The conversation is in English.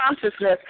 consciousness